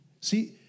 See